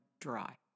dry